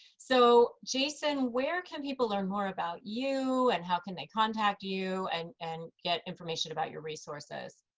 so jason, where can people learn more about you, and how can they contact you, and and get information about your resources?